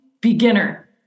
beginner